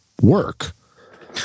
work